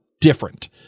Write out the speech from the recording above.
different